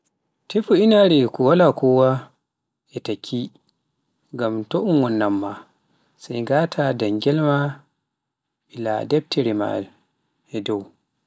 tefu to inaare ko waala kowa a takki ngam to un wonannan ma, sai ngaata dangel ma ɓilaa daftereji maa dow.